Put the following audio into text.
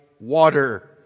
water